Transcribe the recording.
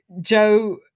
Joe